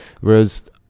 Whereas